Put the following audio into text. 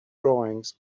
drawings